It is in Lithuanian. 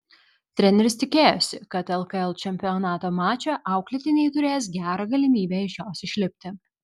treneris tikėjosi kad lkl čempionato mače auklėtiniai turės gerą galimybę iš jos išlipti